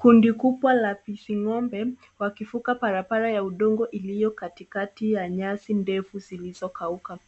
Kundi kubwa la pising'ombe wakifuka parapara ya udongo iliyo katikati ya nyasi ndefu zilizokauka.